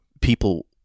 people